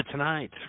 Tonight